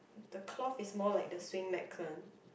the cloth is more like the swing max one